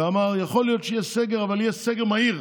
ואמר: יכול להיות שיהיה סגר אבל יהיה סגר מהיר,